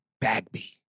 Bagby